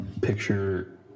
picture